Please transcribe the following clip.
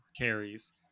carries